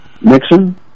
Nixon